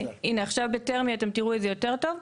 עכשיו בטרמי אתם תראו את זה יותר טוב,